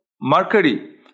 mercury